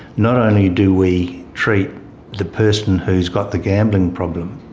not only do we treat the person who has got the gambling problem,